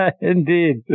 Indeed